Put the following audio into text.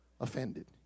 Offended